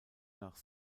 nach